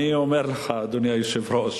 אני אומר לך, אדוני היושב-ראש,